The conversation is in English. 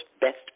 Best